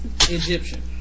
Egyptian